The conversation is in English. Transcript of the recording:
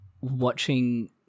watching